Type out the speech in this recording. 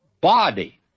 body